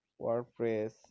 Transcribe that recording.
WordPress